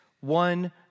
one